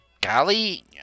Golly